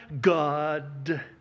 God